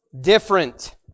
different